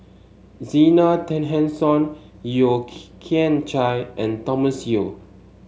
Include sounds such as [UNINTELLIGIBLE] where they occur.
Zena Tessensohn Yeo [UNINTELLIGIBLE] Kian Chye and Thomas Yeo